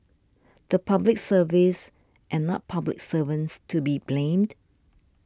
the Public Service and not public servants to be blamed